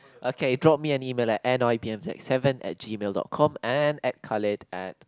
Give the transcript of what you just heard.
okay drop me an email at N I B M Z seven at gmail dot com and add Khalid at